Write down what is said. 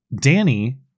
Danny